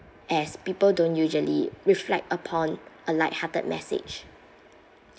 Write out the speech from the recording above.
as people don't usually reflect upon a lighthearted message